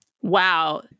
Wow